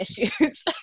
issues